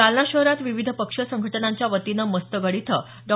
जालना शहरात विविध पक्ष संघटनांच्यावतीनं मस्तगड इथं डॉ